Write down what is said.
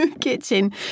kitchen